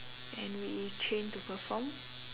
and we train to perform